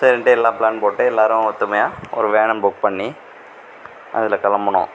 சரின்ட்டு எல்லாம் ப்ளான் போட்டு எல்லாேரும் ஒற்றுமையா ஒரு வேனை புக் பண்ணி அதில் கிளம்புனோம்